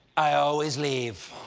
i always leave.